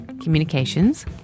Communications